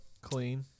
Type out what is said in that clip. clean